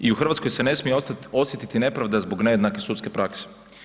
I u Hrvatskoj se ne smije osjetiti nepravda zbog nejednake sudske prakse.